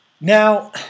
Now